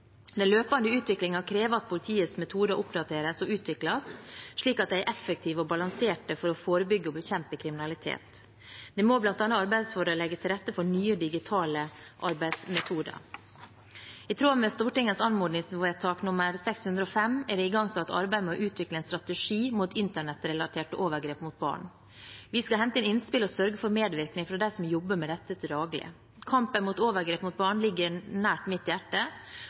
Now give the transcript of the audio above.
Den løpende utviklingen krever at politiets metoder oppdateres og utvikles, slik at de er effektive og balanserte for å forebygge og bekjempe kriminalitet. Det må bl.a. arbeides for å legge til rette for nye digitale arbeidsmetoder. I tråd med Stortingets anmodningsvedtak nr. 605 er det igangsatt et arbeid med å utvikle en strategi mot internettrelaterte overgrep mot barn. Vi skal hente inn innspill og sørge for medvirkning fra dem som jobber med dette til daglig. Kampen mot overgrep mot barn ligger nært mitt hjerte,